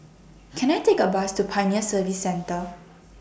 Can I Take A Bus to Pioneer Service Centre